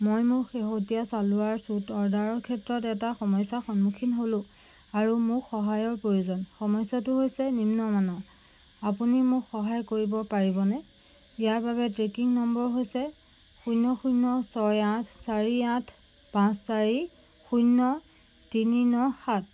মই মোৰ শেহতীয়া ছালৱাৰ ছুট অৰ্ডাৰৰ ক্ষেত্ৰত এটা সমস্যাৰ সন্মুখীন হ'লোঁ আৰু মোক সহায়ৰ প্ৰয়োজন সমস্যাটো হৈছে নিম্ন মানৰ আপুনি মোক সহায় কৰিব পাৰিবনে ইয়াৰ বাবে ট্ৰেকিং নম্বৰ হৈছে শূন্য শূন্য ছয় আঠ চাৰি আঠ পাঁচ চাৰি শূন্য তিনি ন সাত